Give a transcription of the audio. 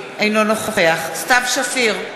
אינו נוכח סתיו שפיר,